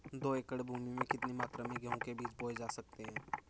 दो एकड़ भूमि में कितनी मात्रा में गेहूँ के बीज बोये जा सकते हैं?